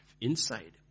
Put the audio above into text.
inside